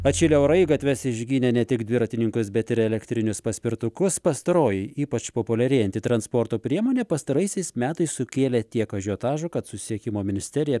atšilę orai į gatves išgynė ne tik dviratininkus bet ir elektrinius paspirtukus pastaroji ypač populiarėjanti transporto priemonė pastaraisiais metais sukėlė tiek ažiotažo kad susisiekimo ministerija